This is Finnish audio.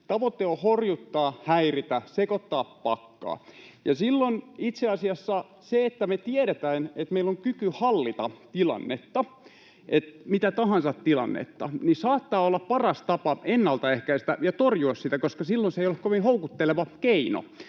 tavoite on horjuttaa, häiritä ja sekoittaa pakkaa, ja silloin itse asiassa se, että me tiedetään, että meillä on kyky hallita tilannetta, mitä tahansa tilannetta, saattaa olla paras tapa ennalta ehkäistä ja torjua sitä, koska silloin se ei ole kovin houkutteleva keino.